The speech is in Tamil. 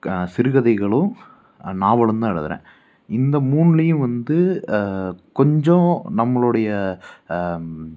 சிறு கதைகளும் நாவலும் தான் எழுதுகிறேன் இந்த மூணுலையும் வந்து கொஞ்சம் நம்மளுடைய